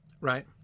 right